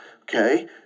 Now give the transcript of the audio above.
okay